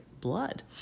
blood